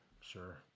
Sure